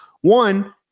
One